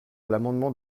l’amendement